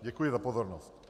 Děkuji za pozornost.